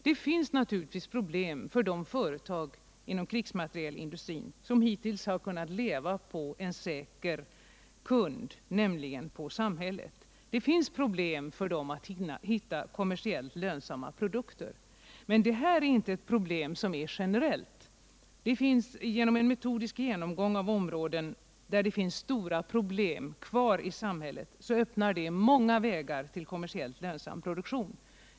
Det finns naturligtvis problem för de företag inom krigsmaterielindustrin som hittills har kunnat leva på en säker kund, nämligen på samhället. Det finns problem för denna industri att hitta kommersiellt lönsamma produkter. Men detta problem är inte generellt. En metodisk genomgång av samhällsområden där det finns stora brister kvar öppnar många vägar till kommersiellt lönsam produktion.